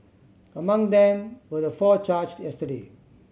among them were the four charged yesterday